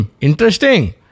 interesting